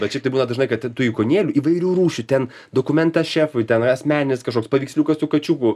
bet šiaip tai būna dažnai kad ten tų ikonėlių įvairių rūšių ten dokumentas šefui ten asmeninis kažkoks paveiksliukas su kačiuku